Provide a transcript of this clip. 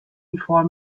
before